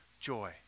joy